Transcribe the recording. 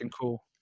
cool